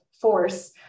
force